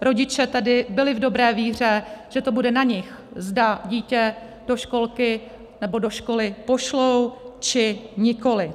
Rodiče tedy byli v dobré víře, že to bude na nich, zda dítě do školky nebo do školy pošlou, či nikoliv.